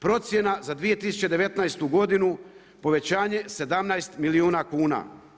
Procjena za 2019. godinu povećanje 17 milijuna kuna.